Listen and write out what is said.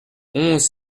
onze